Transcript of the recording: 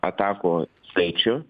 atakų skaičių